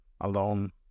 alone